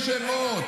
אני, יש לי שמות.